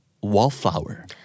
wallflower